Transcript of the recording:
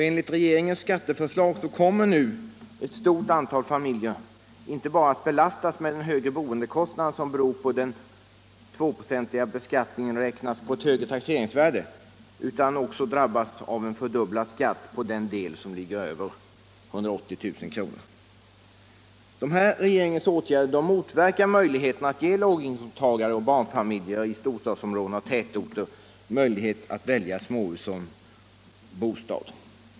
Enligt regeringens skatteförslag kommer nu ett stort antal familjer inte bara att belastas med den högre boendekostnad som beror på att den 2-procentiga beskattningen tillämpas på ett högre taxeringsvärde utan drabbas också av en fördubblad skatt på den del som ligger över 180 000 kr. Dessa regeringens åtgärder motverkar möjligheterna för låginkomsttagare och barnfamiljer i storstadsområden och tätorter att välja småhus som bostad.